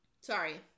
sorry